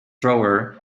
thrower